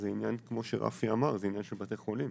כמו שרפי אמר, זה עניין של בתי חולים.